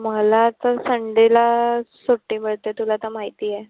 मला तर संडेला सुट्टी मिळते तुला तर माहिती आहे